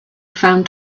found